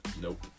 Nope